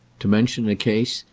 to mention a case,